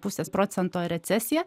pusės procento recesiją